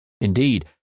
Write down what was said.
Indeed